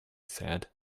said